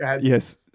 yes